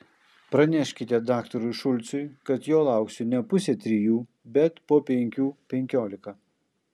praneškite daktarui šulcui kad jo lauksiu ne pusę trijų bet po penkių penkiolika